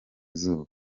izuba